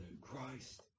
Christ